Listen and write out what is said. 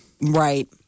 Right